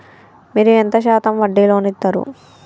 మీరు ఎంత శాతం వడ్డీ లోన్ ఇత్తరు?